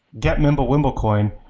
get mimblewimble coin,